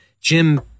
Jim